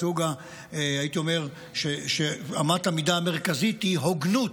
הייתי אומר שאמת המידה המרכזית היא הוגנות,